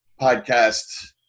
podcast